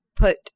Put